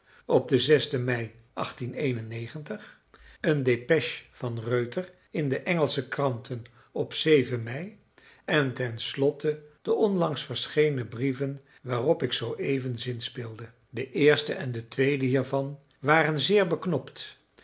op den mei een dépêche van reuter in de engelsche kranten op mei en ten slotte de onlangs verschenen brieven waarop ik zooeven zinspeelde de eerste en de tweede hiervan waren zeer beknopt